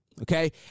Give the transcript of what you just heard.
Okay